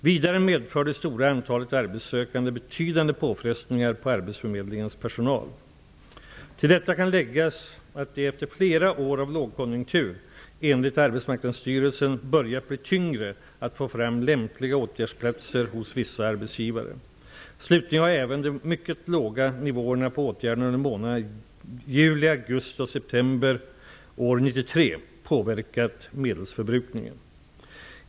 Vidare medför det stora antalet arbetssökande betydande påfrestningar på arbetsförmedlingens personal. Till detta kan läggas att det efter flera år av lågkonjunktur enligt Arbetsmarknadsstyrelsen börjat bli tyngre att få fram lämpliga åtgärdsplatser hos vissa arbetsgivare. Slutligen har även de mycket låga nivåerna på åtgärderna under månaderna juli, augusti och september år 1993 påverkat medelsförbrukningen.